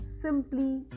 simply